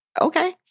Okay